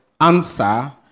answer